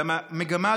והמגמה,